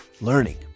Learning